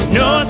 no